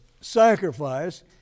sacrifice